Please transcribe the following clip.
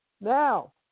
Now